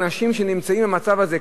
על אנשים שנמצאים במצב הזה,